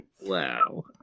Wow